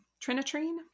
Trinitrine